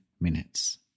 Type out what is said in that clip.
minutes